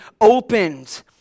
opened